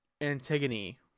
Antigone